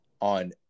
on